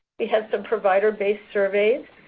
we have some provider-based surveys,